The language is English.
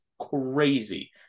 crazy